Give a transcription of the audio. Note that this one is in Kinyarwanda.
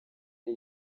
ari